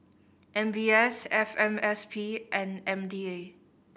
M B S F M S P and M D A